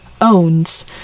owns